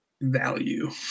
value